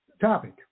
topic